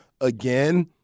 again